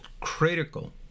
critical